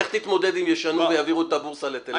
איך תתמודד אם ישנו ויעבירו את הבורסה לתל אביב?